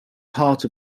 part